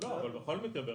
אבל בכל מקרה,